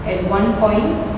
at one point